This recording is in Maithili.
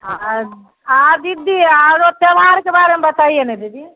आ आर आ दिद्दी आओरो त्यौहारके बारेमे बतैयो ने दीदी